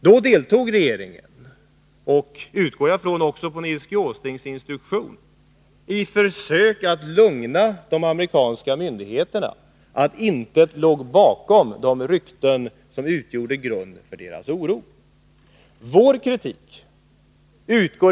Då deltog ju faktiskt regeringen — och jag utgår ifrån att det också var enligt Nils G. Åslings instruktion — i försök att lugna de amerikanska myndigheterna med att intet låg bakom de rykten som utgjorde grund för deras oro.